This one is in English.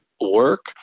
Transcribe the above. work